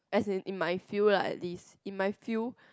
as in in my field lah this in my field